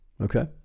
Okay